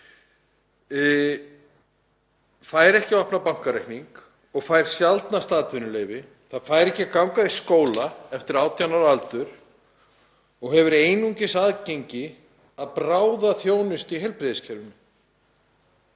fær ekki að opna bankareikning og fær sjaldnast atvinnuleyfi. Það fær ekki að ganga í skóla eftir 18 ára aldur og hefur einungis aðgengi að bráðaþjónustu í heilbrigðiskerfinu.